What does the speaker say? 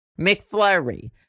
McFlurry